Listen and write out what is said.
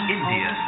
India